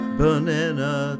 banana